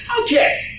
okay